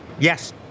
Yes